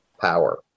power